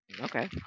okay